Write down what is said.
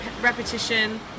repetition